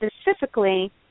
Specifically